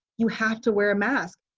you have to wear a mask.